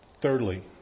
thirdly